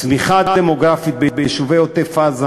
הצמיחה הדמוגרפית ביישובי עוטף-עזה